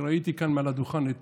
כשראיתי כאן מעל לדוכן את